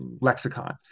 lexicon